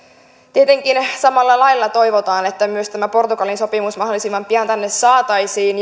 tietenkin samalla lailla toivotaan että myös tämä portugalin sopimus mahdollisimman pian tänne saataisiin